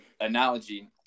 analogy